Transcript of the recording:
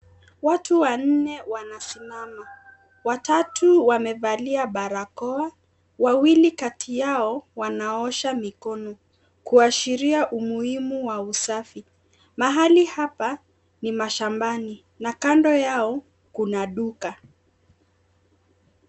Watu wanne wanasimama, watatu wamevalia barakoa wawili kati yao wanaosha mikono kuashiria umuhimu wa usafi. Mahali hapa ni mashambani na kando yao kuna duka.